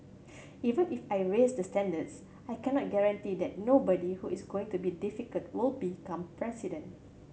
even if I raise the standards I cannot guarantee that nobody who is going to be difficult will become president